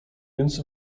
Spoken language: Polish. więc